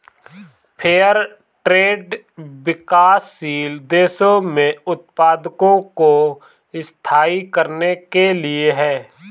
fair trade विकासशील देशों में उत्पादकों को स्थायी करने के लिए है